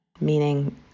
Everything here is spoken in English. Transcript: meaning